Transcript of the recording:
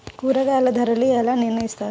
కూరగాయల ధరలు ఎలా నిర్ణయిస్తారు?